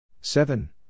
seven